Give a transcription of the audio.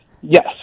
Yes